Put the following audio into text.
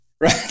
right